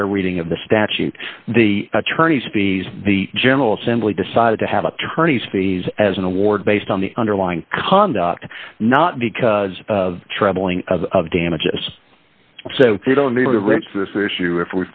a fair reading of the statute the attorney's fees the general assembly decided to have attorneys fees as an award based on the underlying conduct not because of traveling of damages so they don't need to raise this issue if